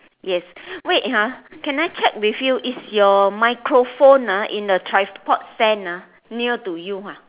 yes wait ah can I check with you is your microphone ah in the tripod stand ah near to you ah